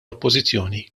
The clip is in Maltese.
oppożizzjoni